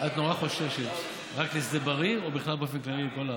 את נורא חוששת רק לשדה בריר או בכלל באופן כללי לכל הארץ?